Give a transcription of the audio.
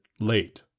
late